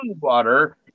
water